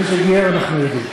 מי שגייר אנחנו יודעים.